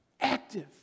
active